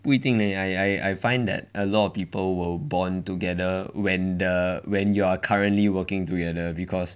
不一定 leh I I I find that a lot of people will bond together when the when you are currently working together because